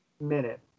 minute